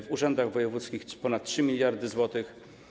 W urzędach wojewódzkich - ponad 3 mld zł.